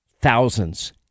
Thousands